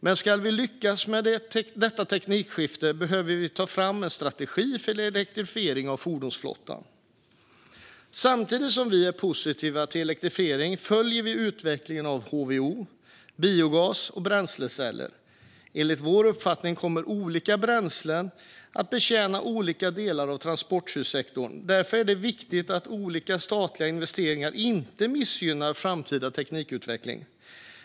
Men ska vi lyckas med detta teknikskifte behöver vi ta fram en strategi för elektrifiering av fordonsflottan. Samtidigt som vi är positiva till elektrifiering följer vi utvecklingen av HVO, biogas och bränsleceller. Enligt vår uppfattning kommer olika bränslen att betjäna olika delar av transportsektorn. Därför är det viktigt att olika statliga investeringar inte missgynnar framtida teknikutveckling.